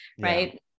right